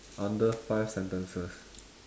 under five sentences